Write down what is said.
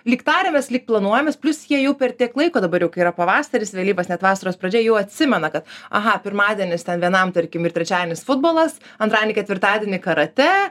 lyg tariamės lyg planuojamės plius jie jau per tiek laiko dabar jau kai yra pavasaris vėlyvas net vasaros pradžia jau atsimena kad aha pirmadienis ten vienam tarkim ir trečiadienis futbolas antradienį ketvirtadienį karate